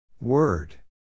Word